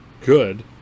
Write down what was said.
good